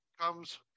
comes